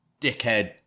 dickhead